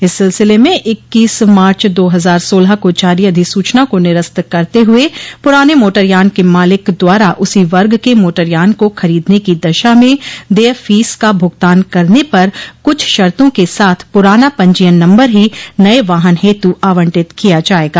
इस सिलसिले में इक्कीस मार्च दो हजार सोलह को जारी अधिसूचना को निरस्त करते हुए पुराने मोटरयान के मालिक द्वारा उसी वर्ग के मोटरयान को खरीदने की दशा में देय फीस का भुगतान करने पर कुछ शर्तो के साथ पुराना पंजीयन नम्बर ही नय वाहन हेतु आवंटित किया जायेगा